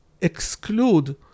exclude